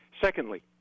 Secondly